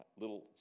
little